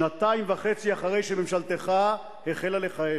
שנתיים וחצי אחרי שממשלתך החלה לכהן.